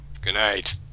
Goodnight